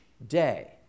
day